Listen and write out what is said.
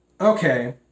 Okay